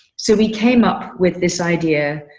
so we came up with this idea,